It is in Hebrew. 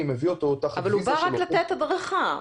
אבל הוא בא רק לתת הדרכה,